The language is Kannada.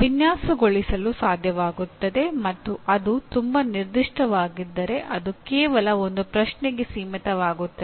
ವಿನ್ಯಾಸಗೊಳಿಸಲು ಸಾಧ್ಯವಾಗುತ್ತದೆ ಮತ್ತು ಅದು ತುಂಬಾ ನಿರ್ದಿಷ್ಟವಾಗಿದ್ದರೆ ಅದು ಕೇವಲ ಒಂದೇ ಪ್ರಶ್ನೆಗೆ ಸೀಮಿತವಾಗುತ್ತದೆ